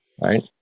Right